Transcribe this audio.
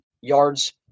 yards